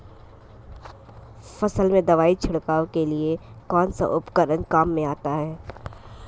फसल में दवाई छिड़काव के लिए कौनसा उपकरण काम में आता है?